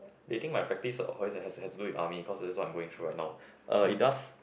they think my practice always has to has to do with army cause that's what I'm going through right now uh it does